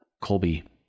Colby